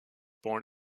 born